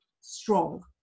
strong